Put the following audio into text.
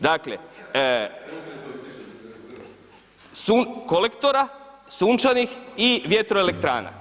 Dakle kolektora sunčanih i vjetroelektrana.